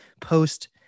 post